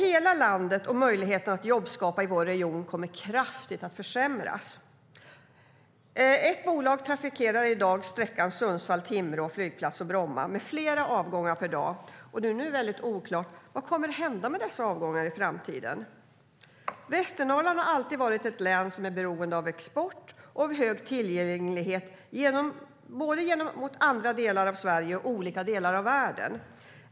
Hela landet och möjligheten att jobbskapa i vår region kommer att försämras kraftigt. Västernorrland har alltid varit ett län som är beroende av export och hög tillgänglighet gentemot både andra delar av Sverige och olika delar av världen.